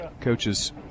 Coaches